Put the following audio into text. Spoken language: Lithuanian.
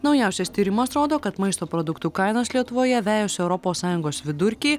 naujausias tyrimas rodo kad maisto produktų kainos lietuvoje vejasi europos sąjungos vidurkį